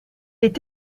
est